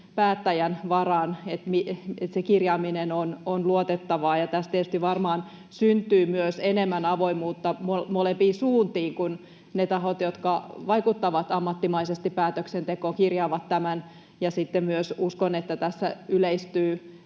päättäjän varaan, että se kirjaaminen on luotettavaa, ja tässä tietysti varmaan syntyy myös enemmän avoimuutta molempiin suuntiin, kun ne tahot, jotka vaikuttavat ammattimaisesti päätöksentekoon, kirjaavat tämän. Sitten myös uskon, että tässä yleistyy